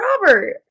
robert